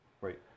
right